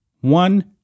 one